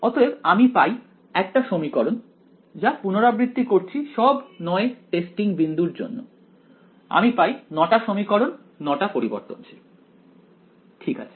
অতএব আমি পাই একটা সমীকরণ যা পুনরাবৃত্তি করছি সব 9 টেস্টিং বিন্দুর জন্য আমি পাই 9 টা সমীকরণ 9 টা পরিবর্তনশীল ঠিক আছে